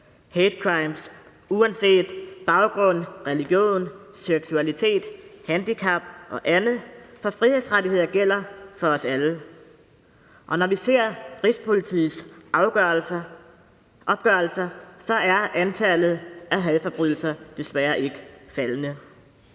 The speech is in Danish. hate crimes, uanset baggrund, religion, seksualitet, handicap og andet, for frihedsrettighederne gælder for os alle. Og når vi ser Rigspolitiets opgørelser, er antallet af hadforbrydelser desværre ikke faldende.